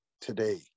today